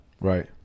right